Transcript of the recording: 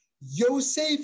Yosef